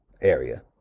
area